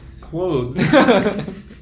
Clothes